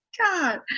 God